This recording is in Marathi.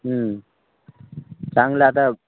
हं चांगलं आता